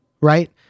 right